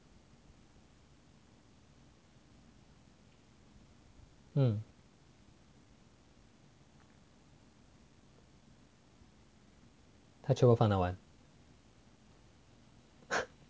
嗯他全部放到完